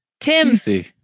Tim